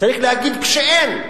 צריך להגיד כשאין.